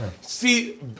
See